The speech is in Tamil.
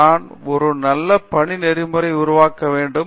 நாம் ஒரு நல்ல பணி நெறிமுறை உருவாக்க வேண்டும்